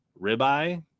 ribeye